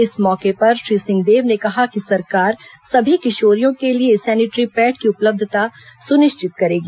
इस मौके पर श्री सिंहदेव ने कहा कि सरकार सभी किशोरियों के लिए सेनेटरी पैड की उपलब्धता सुनिश्चित करेगी